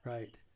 Right